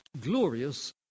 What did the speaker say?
glorious